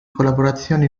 collaborazioni